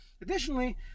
Additionally